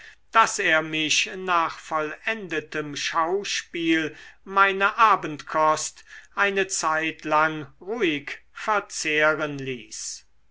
daß er mich nach vollendetem schauspiel meine abendkost eine zeitlang ruhig verzehren ließ